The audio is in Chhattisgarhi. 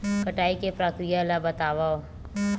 कटाई के प्रक्रिया ला बतावव?